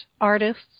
artists